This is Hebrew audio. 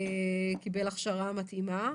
קיבל הכשרה מתאימה.